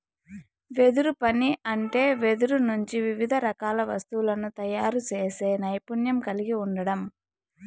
వెదురు పని అంటే వెదురు నుంచి వివిధ రకాల వస్తువులను తయారు చేసే నైపుణ్యం కలిగి ఉండడం